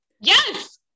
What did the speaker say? Yes